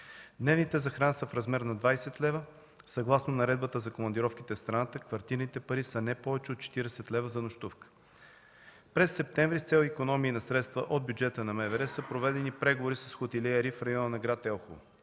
Дневните за храна са в размер на 20 лв. Съгласно Наредбата за командировките в страната, квартирните пари са не повече от 40 лв. за нощувка. През септември, с цел икономии на средства от бюджета на МВР, са проведени преговори с хотелиери в района на гр. Елхово.